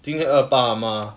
今天二八 mah